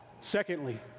Secondly